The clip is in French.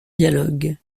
dialogue